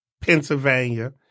Pennsylvania